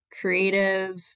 creative